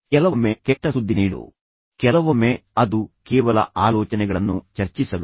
ಕೆಲವೊಮ್ಮೆ ಕೆಟ್ಟ ಸುದ್ದಿ ನೀಡಲು ಕೆಲವೊಮ್ಮೆ ಅದು ಕೇವಲ ಆಲೋಚನೆಗಳನ್ನು ಚರ್ಚಿಸಲು